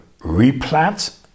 replant